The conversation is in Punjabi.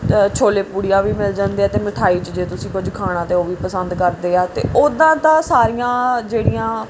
ਛੋਲੇ ਪੂਰੀਆਂ ਵੀ ਮਿਲ ਜਾਂਦੇ ਆ ਅਤੇ ਮਿਠਾਈ 'ਚ ਜੇ ਤੁਸੀਂ ਕੁਝ ਖਾਣਾ ਤਾਂ ਉਹ ਵੀ ਪਸੰਦ ਕਰਦੇ ਆ ਅਤੇ ਉੱਦਾਂ ਤਾਂ ਸਾਰੀਆਂ ਜਿਹੜੀਆਂ